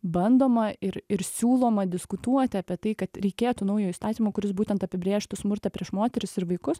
bandoma ir ir siūloma diskutuoti apie tai kad reikėtų naujo įstatymo kuris būtent apibrėžtų smurtą prieš moteris ir vaikus